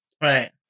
Right